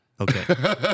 Okay